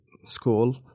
school